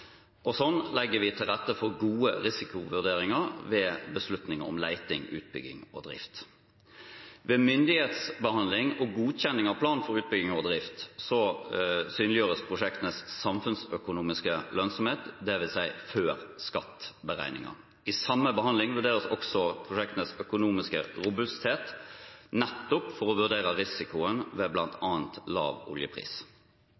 Sånn legger vi til rette for gode risikovurderinger ved beslutning om leting, utbygging og drift. Ved myndighetsbehandling og godkjenning av plan for utbygging og drift synliggjøres prosjektenes samfunnsøkonomiske lønnsomhet, det vil si før skatt-beregninger. I samme behandling vurderes også prosjektenes økonomiske robusthet, nettopp for å vurdere risikoen ved